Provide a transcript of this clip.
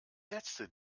letzte